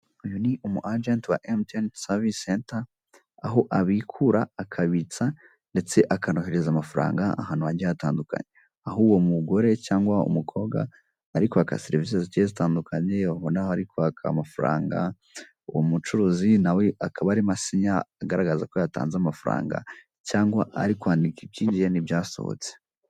Uyu ni umu ajenti wa Emutiyeni savisi senta aho abikura akabitsa ndetse akanohereza amafaranga ahantu hagiye hatandukanye, aho uwo mugore cyangwa umukobwa ari kwaka serivise zigiye zitandukanye ubona aho ari kwaka amafranga uwo umucuruzi nawe akaba arimo asinya agaragaza ko yatanze amafaranga cyangwa ari kwandika ibyinjiye n'ibyasohotse.